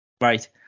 right